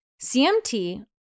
CMT